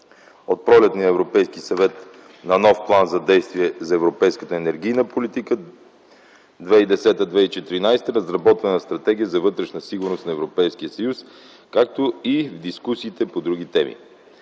от пролетния Европейски съвет на Нов план за действие за европейската енергийна политика (2010-2014 г.), разработване на Стратегия за вътрешна сигурност на Европейския съюз, както и в дискусиите по други теми.